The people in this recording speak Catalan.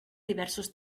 diversos